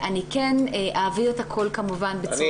אני כן אעביר את הכל כמובן בצורה מסודרת.